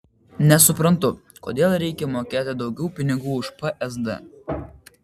nesuprantu kodėl reikia mokėti daugiau pinigų už psd